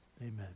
amen